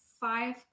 five